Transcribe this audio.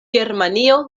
germanio